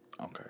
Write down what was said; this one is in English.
Okay